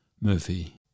Murphy